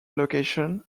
location